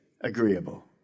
agreeable